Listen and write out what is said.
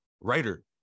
writer